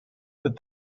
that